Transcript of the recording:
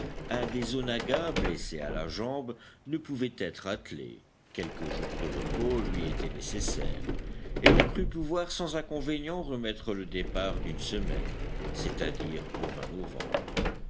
un des onaggas blessé à la jambe ne pouvait être attelé quelques jours de repos lui étaient nécessaires et l'on crut pouvoir sans inconvénient remettre le départ d'une semaine c'est-à-dire au novembre